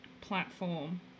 platform